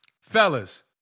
Fellas